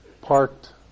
parked